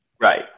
Right